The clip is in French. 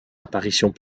apparitions